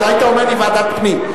אז היית אומר לי: ועדת פנים.